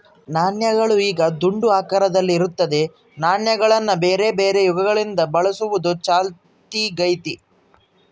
ನಾಣ್ಯಗಳು ಈಗ ದುಂಡು ಆಕಾರದಲ್ಲಿ ಇರುತ್ತದೆ, ನಾಣ್ಯಗಳನ್ನ ಬೇರೆಬೇರೆ ಯುಗಗಳಿಂದ ಬಳಸುವುದು ಚಾಲ್ತಿಗೈತೆ